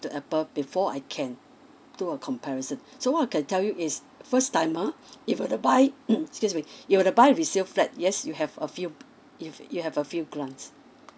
to apple before I can do a comparison so what I can tell you is first timer if were to buy excuse me if were to buy resale flat yes you have a few if you have a few glance